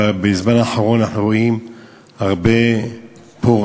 בזמן האחרון אנחנו כבר רואים הרבה פורעים